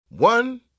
One